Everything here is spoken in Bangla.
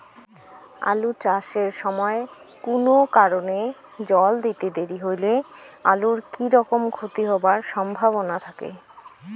আলু চাষ এর সময় কুনো কারণে জল দিতে দেরি হইলে আলুর কি রকম ক্ষতি হবার সম্ভবনা থাকে?